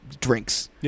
drinks